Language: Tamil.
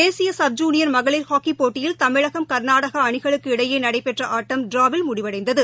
தேசியசப் ஜூனியர் மகளிர் ஹாக்கிபோட்டியில் தமிழகம் கர்நாடகஅணிகளுக்கு இடையேநடைபெற்றஆட்டம் ட்டிராவில் முடிவடைந்தது